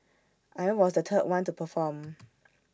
I was the third one to perform